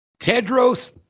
Tedros